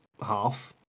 half